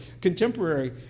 contemporary